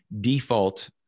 default